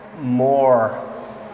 more